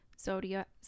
zodiac